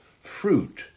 fruit